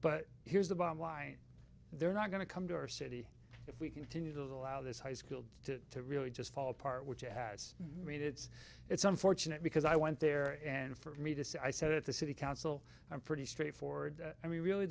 but here's the bottom line they're not going to come to our city if we continue to allow this high school to really just fall apart which has made its it's unfortunate because i went there and for me to say i said that the city council i'm pretty straightforward i mean really